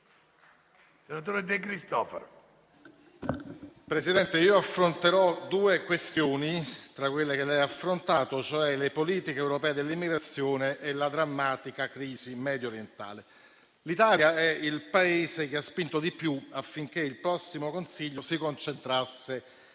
Presidente, tratterò due questioni tra quelle che il Presidente del Consiglio ha affrontato, cioè le politiche europee dell'immigrazione e la drammatica crisi mediorientale. L'Italia è il Paese che ha spinto di più affinché il prossimo Consiglio europeo si concentrasse